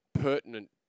pertinent